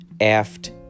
Aft